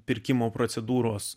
pirkimo procedūros